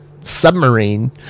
submarine